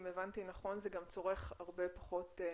אם הבנתי נכון, זה גם צורך הרבה פחות סוללה,